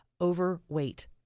Overweight